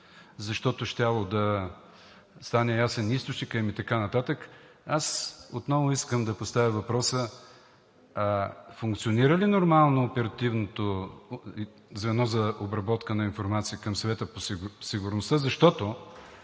защото щял да стане ясен източникът им и така нататък, аз отново искам да поставя въпроса: функционира ли нормално оперативното звено за обработка на информация към Съвета по сигурността? Защото,